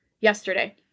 yesterday